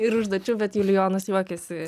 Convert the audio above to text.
ir užduočių bet julijonas juokiasi